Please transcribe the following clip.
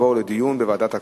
תעבורנה לדיון בוועדת הכלכלה.